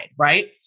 right